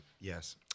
Yes